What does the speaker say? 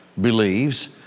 believes